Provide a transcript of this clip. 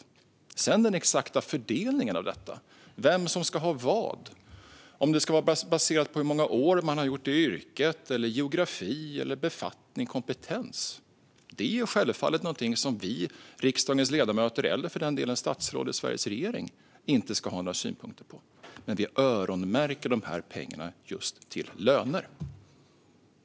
När det sedan gäller den exakta fördelningen av detta, vem som ska ha vad, om det ska vara baserat på hur många år man har varit i yrket, på geografi eller på befattning och kompetens är det självfallet någonting som vi, riksdagens ledamöter, eller för den delen statsråd i Sveriges regering, inte ska ha några synpunkter på. Men vi öronmärker pengarna just till löner.